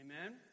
Amen